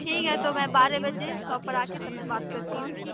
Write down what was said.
ٹھیک ہے تو میں بارہ بجے شاپ پر آ کے تب میں بات کرتی ہوں